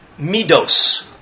Midos